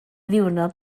ddiwrnod